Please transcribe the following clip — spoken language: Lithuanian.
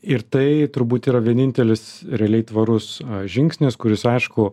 ir tai turbūt yra vienintelis realiai tvarus žingsnis kuris aišku